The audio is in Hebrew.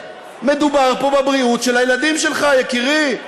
מדובר פה בבריאות של הילדים שלך, יקירי.